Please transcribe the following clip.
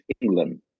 England